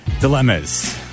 dilemmas